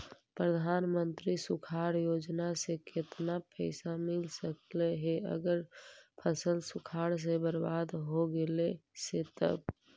प्रधानमंत्री सुखाड़ योजना से केतना पैसा मिल सकले हे अगर फसल सुखाड़ से बर्बाद हो गेले से तब?